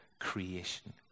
creation